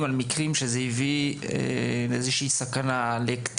על מקרים שבהם זה הביא למצב מסוכן כלפי לקטינים,